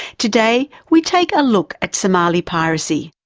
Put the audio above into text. today, we take a look at somali piracy.